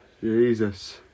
Jesus